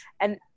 And-